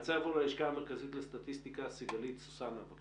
כל יום שהמסגרות סגורות, בלי